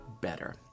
better